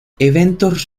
eventos